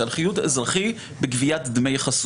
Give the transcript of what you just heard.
אלא על חילוט אזרחי בגביית דמי חסות.